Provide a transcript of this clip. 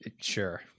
Sure